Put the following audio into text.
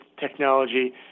technology